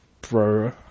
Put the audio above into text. bro